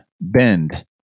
bend